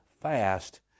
fast